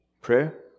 prayer